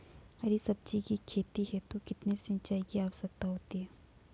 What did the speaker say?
हरी सब्जी की खेती हेतु कितने सिंचाई की आवश्यकता होती है?